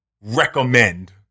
recommend